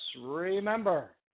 remember